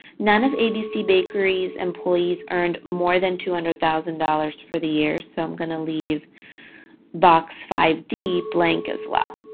none of abc bakeries employees earned more than two hundred thousand dollars for the year, so i'm gonna leave box five d blank as well.